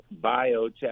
biotech